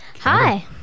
hi